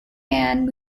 and